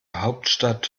hauptstadt